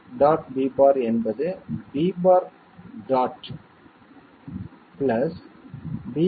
b' என்பது b'